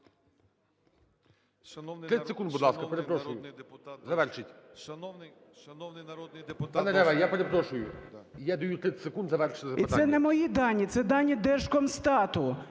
І це не мої дані, це дані Держкомстату.